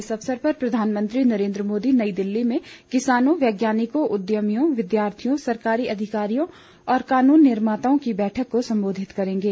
इस अवसर पर प्रधानमंत्री नरेंद्र मोदी नई दिल्ली में किसानों वैज्ञानिकों उद्यमियों विद्यार्थियों सरकारी अधिकारियों और कानून निर्माताओं की बैठक को संबोधित करेंगे